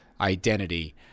identity